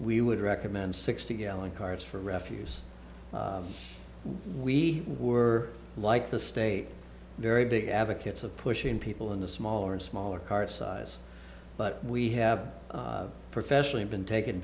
we would recommend sixty gallon cars for refuse we were like the state very big advocates of pushing people into smaller and smaller car size but we have professionally been taken